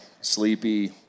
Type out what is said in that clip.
sleepy